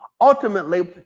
ultimately